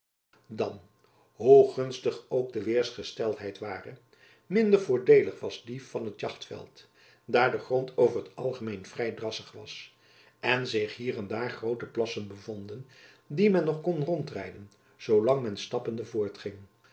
dan hoe gunstig ook de weersgesteldheid ware minder voordeelig was die van het jachtveld daar de grond over t algemeen vrij drassig was en zich hier en daar groote plassen bevonden die men nog kon rondrijden zoolang men stappende voortging